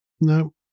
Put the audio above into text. no